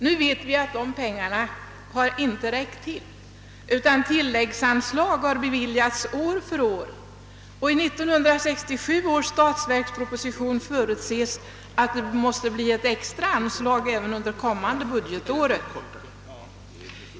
Nu vet vi att dessa pengar inte har räckt till utan tilläggsanslag har beviljats år från år. I 1967 års statsverksproposition förutses att det måste bli ett extra anslag även under kommande budgetår.